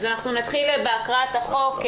נתחיל בהקראת החוק.